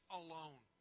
alone